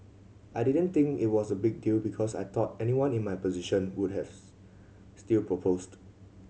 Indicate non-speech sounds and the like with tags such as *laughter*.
I didn't think it was a big deal because I thought anyone in my position would have *unintelligible* still proposed